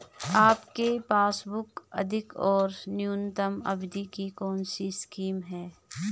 आपके पासबुक अधिक और न्यूनतम अवधि की कौनसी स्कीम है?